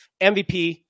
MVP